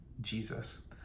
Jesus